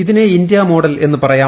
ഇതിനെ ഇന്ത്യാമോഡൽ എന്ന് പറയാം